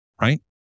right